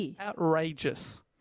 Outrageous